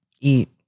Eat